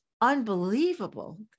unbelievable